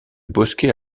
bosquet